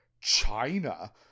China